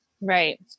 Right